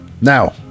now